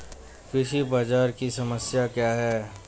कृषि बाजार की समस्या क्या है?